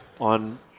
on